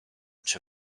czy